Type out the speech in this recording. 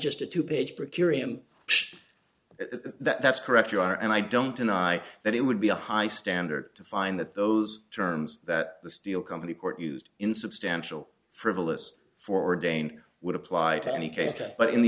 just a two page for curiam that's correct you are and i don't deny that it would be a high standard to find that those terms that the steel company court used in substantial frivolous forward again would apply to any case but in the